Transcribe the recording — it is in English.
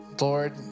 Lord